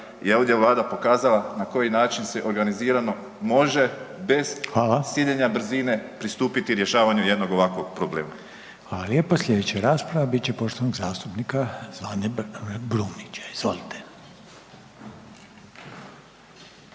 je ovdje Vlada pokazala na koji način se organizirano može bez siljenja brzine pristupiti rješavanju jednog ovakvog problema. **Reiner, Željko (HDZ)** Hvala. Hvala lijepo. Sljedeća rasprava bit će poštovanog zastupnika Zvane Brumnića. Izvolite.